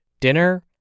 dinner